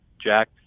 Jack